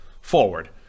forward